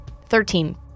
Thirteen